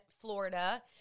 Florida